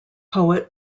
poet